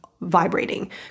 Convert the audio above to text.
vibrating